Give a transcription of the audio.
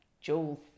Jules